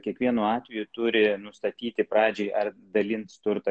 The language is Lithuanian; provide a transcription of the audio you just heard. kiekvienu atveju turi nustatyti pradžiai ar dalins turtą